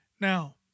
Now